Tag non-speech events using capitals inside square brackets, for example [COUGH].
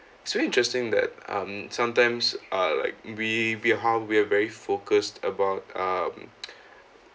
so interesting that uh sometimes uh like we we're how we're very focused about um [NOISE]